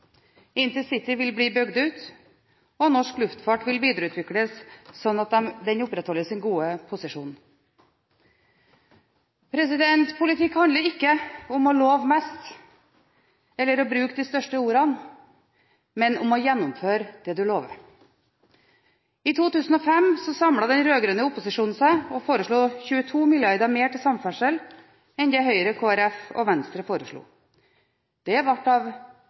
InterCity vil bli bygd ut, og norsk luftfart vil videreutvikles slik at den opprettholder sin gode posisjon. Politikk handler ikke om å love mest, eller om å bruke de største ordene, men om å gjennomføre det man lover. I 2005 samlet den rød-grønne opposisjonen seg og foreslo 22 mrd. mer til samferdsel enn det Høyre, Kristelig Folkeparti og Venstre foreslo. Dette ble av Bondevik-regjeringen karakterisert som et